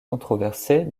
controversée